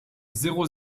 zéro